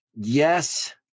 yes